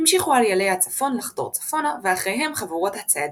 המשיכו איילי הצפון לחדור צפונה ואחריהם חבורות הציידים-לקטים.